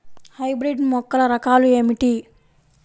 Hybrid మొక్కల రకాలు ఏమిటి?